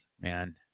Man